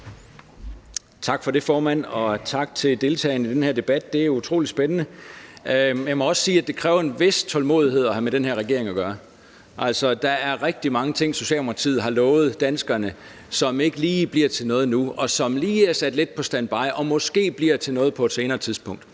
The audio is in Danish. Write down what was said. Tak for det, formand – og tak til deltagerne i den her debat. Det er jo utrolig spændende. Jeg må også sige, at det kræver en vis tålmodighed at have med den her regering at gøre. Altså, der er rigtig mange ting, Socialdemokratiet har lovet danskerne, som ikke lige bliver til noget nu, og som lige er sat lidt på standby og måske bliver til noget på et senere tidspunkt.